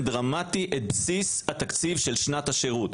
דרמטי את בסיס התקציב של שנת השירות.